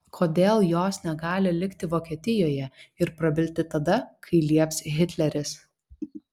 kodėl jos negali likti vokietijoje ir prabilti tada kai lieps hitleris